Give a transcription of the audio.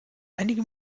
einige